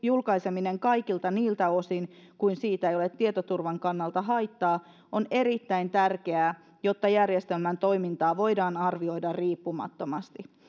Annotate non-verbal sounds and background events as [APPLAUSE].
[UNINTELLIGIBLE] julkaiseminen kaikilta niiltä osin kuin siitä ei ole tietoturvan kannalta haittaa on erittäin tärkeää jotta järjestelmän toimintaa voidaan arvioida riippumattomasti